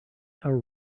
our